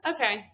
Okay